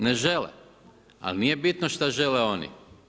Ne žele, ali nije bitno što žele oni.